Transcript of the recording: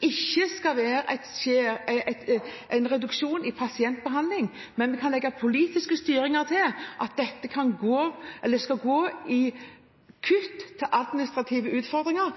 ikke forventer at dette skal være en reduksjon i pasientbehandling, og vi kan legge politisk styringer på at dette skal være kutt i administrative utfordringer